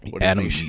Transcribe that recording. adam